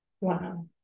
wow